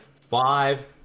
five